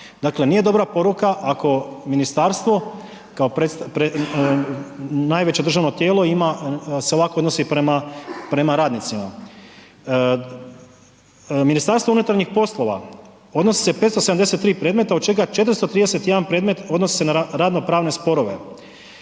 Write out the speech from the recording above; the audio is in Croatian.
Dakle, nije dobra poruka ako ministarstvo kao najveće državno tijelo ima, se ovako odnosi prema, prema radnicima. MUP odnosi se 573 predmeta od čega 431 predmet odnosi se na radnopravne sporove.